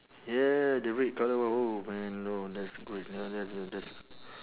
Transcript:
yeah the red colour one oh man oh that's good ya that's that's